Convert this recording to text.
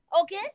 Okay